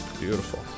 Beautiful